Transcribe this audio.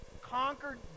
conquered